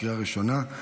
לקריאה ראשונה.